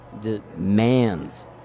demands